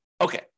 Okay